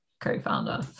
co-founder